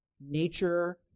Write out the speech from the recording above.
nature